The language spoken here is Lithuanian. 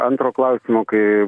antro klausimo kai